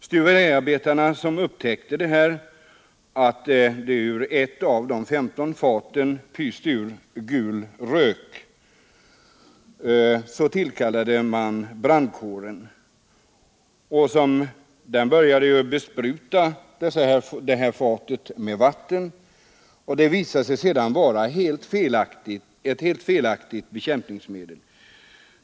Stuveriarbetarna upptäckte att det ur ett av de 15 faten pyste ut gul rök. Brandkåren tillkallades och började bespruta fatet med vatten. Det visade sig vara ett helt felaktigt bekämpningsmedel.